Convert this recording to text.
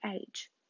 age